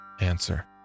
Answer